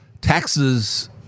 taxes